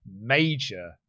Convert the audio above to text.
major